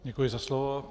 Děkuji za slovo.